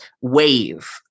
wave